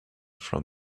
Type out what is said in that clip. from